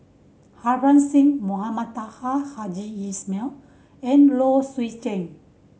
Harbans Singh Mohamed Taha Haji Jamil and Low Swee Chen